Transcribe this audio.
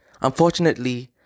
Unfortunately